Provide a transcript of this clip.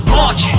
march